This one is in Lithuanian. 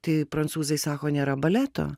tai prancūzai sako nėra baleto